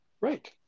Right